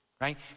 right